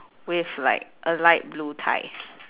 with like a light blue tie